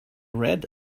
read